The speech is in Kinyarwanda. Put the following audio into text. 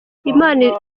imana